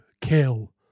kill